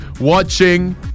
watching